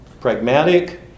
pragmatic